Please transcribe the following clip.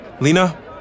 Lena